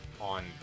on